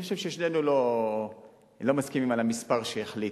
אני חושב ששנינו לא מסכימים על המספר שהיא החליטה,